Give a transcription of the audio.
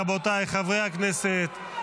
רבותיי חברי הכנסת,